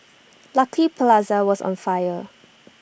Lucky Plaza was on fire